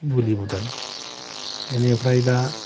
बुलि बुदान बिनिफ्राय दा